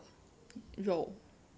肉